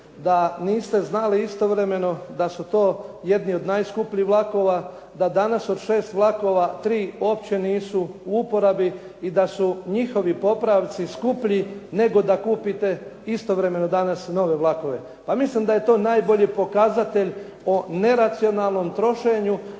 da niste znali istovremeno da su to jedni od najskupljih vlakova, da danas o 6 vlakova tri uopće nisu u uporabi i da su njihovi popravci skuplji nego da kupite istovremeno danas nove vlakove. Pa mislim da je to najbolji pokazatelj o neracionalnom trošenju